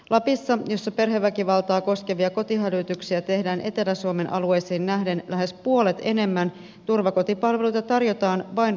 lapissa jossa perheväkivaltaa koskevia kotihälytyksiä tehdään etelä suomen alueisiin nähden lähes puolet enemmän turvakotipalveluita tarjotaan vain rovaniemellä